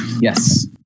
Yes